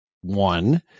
one